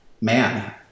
man